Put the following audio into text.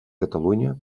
catalunya